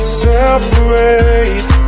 separate